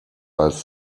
als